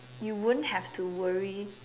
you wouldn't have to worry